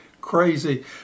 crazy